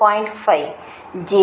5 j 0